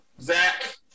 Zach